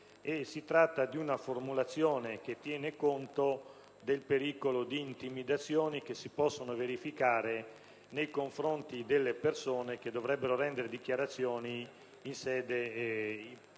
e di una formulazione che tiene conto del pericolo di intimidazioni che si possono verificare nei confronti delle persone che dovrebbero rendere dichiarazioni